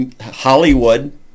Hollywood